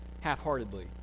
half-heartedly